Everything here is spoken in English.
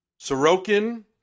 Sorokin